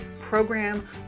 program